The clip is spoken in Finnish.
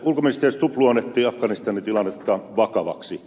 ulkoministeri stubb luonnehtii afganistanin tilannetta vakavaksi